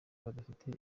badafite